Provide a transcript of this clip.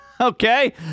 okay